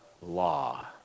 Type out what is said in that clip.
law